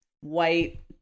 white